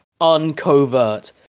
uncovert